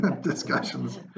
discussions